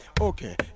okay